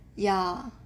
ya